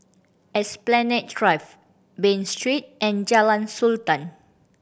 Esplanade Drive Bain Street and Jalan Sultan